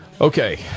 okay